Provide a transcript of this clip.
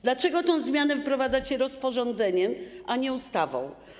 Dlaczego tę zmianę wprowadzacie rozporządzeniem, a nie ustawą?